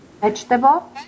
vegetable